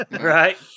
right